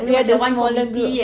abeh ada smaller group